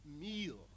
meal